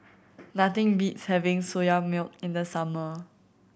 nothing beats having Soya Milk in the summer